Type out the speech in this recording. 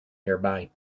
nearby